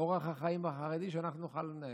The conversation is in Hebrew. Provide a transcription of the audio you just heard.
שאת אורח החיים החרדי אנחנו נוכל לנהל.